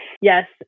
Yes